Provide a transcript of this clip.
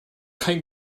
kein